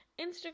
Instagram